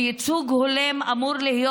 וייצוג הולם אמור להיות,